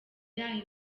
yaha